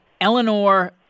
Eleanor